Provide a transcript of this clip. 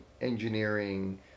engineering